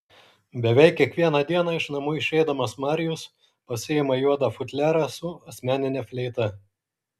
beveik kiekvieną dieną iš namų išeidamas marijus pasiima juodą futliarą su asmenine fleita